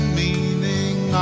meaning